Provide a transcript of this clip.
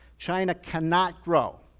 china cannot grow.